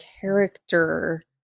character